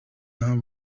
not